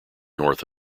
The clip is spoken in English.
north